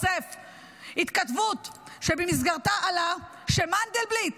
התכתבות שבמסגרתה עלה שמנדלבליט,